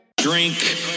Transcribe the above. Drink